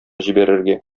җибәрергә